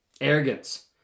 arrogance